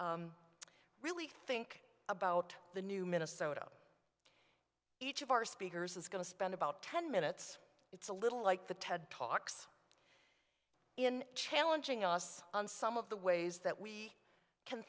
really think about the new minnesota each of our speakers is going to spend about ten minutes it's a little like the ted talks in challenging us on some of the ways that we can